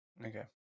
Okay